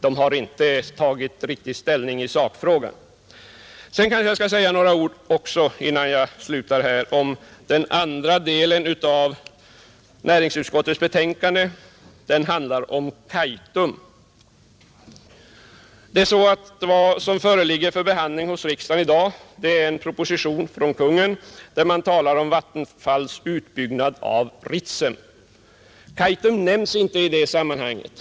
Sedan vill jag också säga några ord om den andra delen av näringsutskottets betänkande; den handlar om Kaitum. Vad riksdagen i dag behandlar är en proposition i vilken talas om Vattenfalls utbyggnad av Ritsem. Kaitum nämns inte i det sammanhanget.